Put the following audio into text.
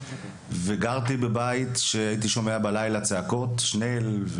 גרתי בבית שהיית שומע בלילה צעקות שנל,